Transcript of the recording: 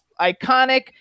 iconic